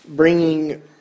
bringing